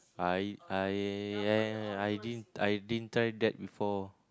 I I I I didn't I didn't try that before